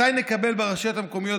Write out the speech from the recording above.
מתי נקבל ברשויות המקומיות,